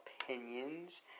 opinions